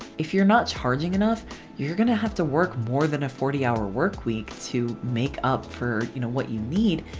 if you're not charging enough you're gonna have to work more than a forty hour work week to make up for you know what you need.